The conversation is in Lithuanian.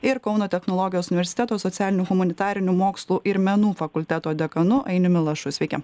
ir kauno technologijos universiteto socialinių humanitarinių mokslų ir menų fakulteto dekanu ainiumi lašu sveiki